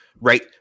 right